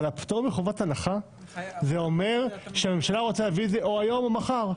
פטור מחובת הנחה אומר שהממשלה רוצה להביא את זה או היום או מחר.